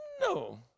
No